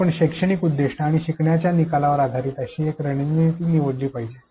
आपण शैक्षणिक उद्देश आणि शिकण्याच्या निकालावर आधारित अशी एक रणनीती निवडली पाहिजे